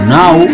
now